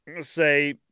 say